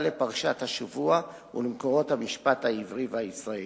לפרשת השבוע ולמקורות המשפט העברי והישראלי.